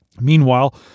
Meanwhile